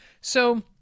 So-